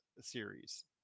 series